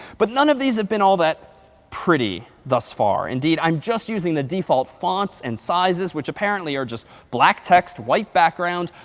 but none of these have been all that pretty thus far. indeed, i'm just using the default fonts and sizes, which apparently are just black text, white background,